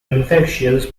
infectious